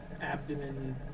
abdomen